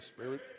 Spirit